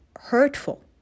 hurtful